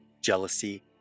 jealousy